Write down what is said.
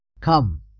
Come